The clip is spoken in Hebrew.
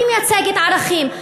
אני מייצגת ערכים.